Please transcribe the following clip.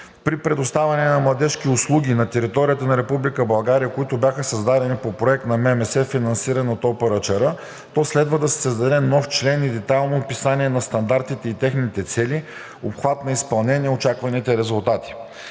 при предоставяне на младежки услуги на територията на Република България, които бяха създадени по проект на ММС, финансиран от ОПРЧР, то следва да се създаде нов член „Дигитално описание на стандартите и техните цели, обхват на изпълнение и очакваните резултати“.